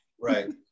Right